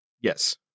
Yes